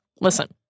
listen